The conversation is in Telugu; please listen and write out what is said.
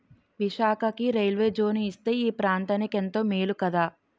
విశాఖకి రైల్వే జోను ఇస్తే ఈ ప్రాంతనికెంతో మేలు కదా